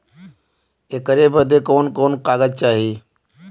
ऐकर बदे कवन कवन कागज चाही?